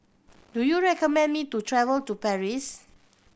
do you recommend me to travel to Paris